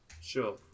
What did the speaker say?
sure